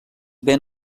ven